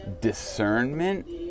discernment